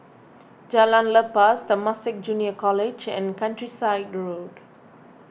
Jalan Lepas Temasek Junior College and Countryside Road